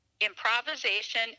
Improvisation